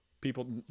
people